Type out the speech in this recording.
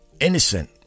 innocent